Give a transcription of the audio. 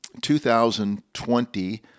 2020